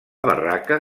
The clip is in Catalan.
barraca